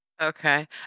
Okay